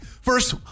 First